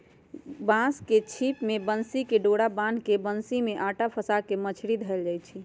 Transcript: बांस के छिप में बन्सी कें डोरा बान्ह् के बन्सि में अटा फसा के मछरि धएले जाइ छै